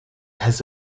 has